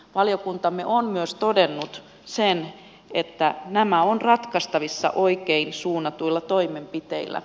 valiokuntamme on myös todennut sen että nämä ovat ratkaistavissa oikein suunnatuilla toimenpiteillä